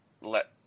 let